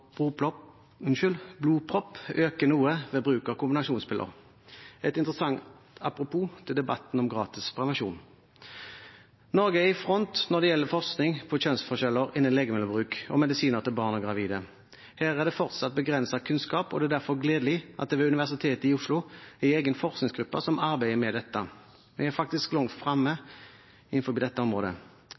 blodpropp øker noe ved bruk av kombinasjonspiller – et interessant apropos til debatten om gratis prevensjon. Norge er i front når det gjelder forskning på kjønnsforskjeller innen legemiddelbruk og medisiner til barn og gravide. Her er det fortsatt begrenset kunnskap, og det er derfor gledelig at det ved Universitetet i Oslo er en egen forskningsgruppe som arbeider med dette. Vi er faktisk langt fremme på dette området.